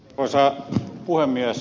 arvoisa puhemies